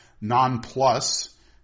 non-plus